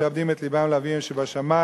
ומשעבדים את לבם לאביהם שבשמים,